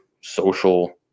social